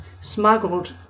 smuggled